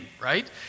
right